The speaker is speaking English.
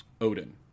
Odin